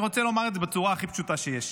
ואני רוצה לומר את זה בצורה הכי פשוטה שיש.